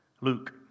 Luke